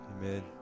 amen